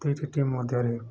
ଦୁଇଟି ଟିମ୍ ମଧ୍ୟରେ